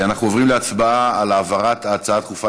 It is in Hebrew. אנחנו עוברים להצבעה על העברת ההצעה הדחופה